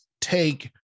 take